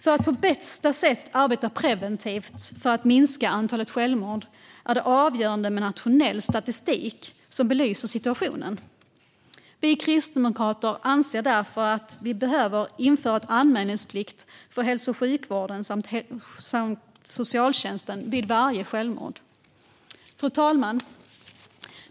För att på bästa sätt arbeta preventivt för att minska antalet självmord är det avgörande med nationell statistik som belyser situationen. Vi kristdemokrater anser därför att vi behöver införa anmälningsplikt för hälso och sjukvården samt socialtjänsten vid varje självmord. Fru talman!